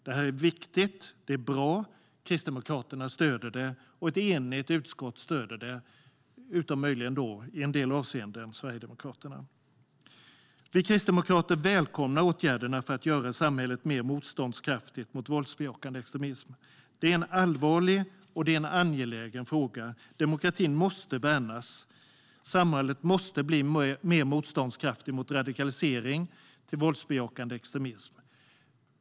Det är viktigt och bra, och Kristdemokraterna och ett enigt utskott stöder det, utom möjligen i en del avseenden Sverigedemokraterna. Vi kristdemokrater välkomnar åtgärderna för att göra samhället mer motståndskraftigt mot våldsbejakande extremism. Det är en allvarlig och angelägen fråga. Demokratin måste värnas, och samhället måste bli mer motståndskraftigt mot radikalisering till våldsbejakande extremism.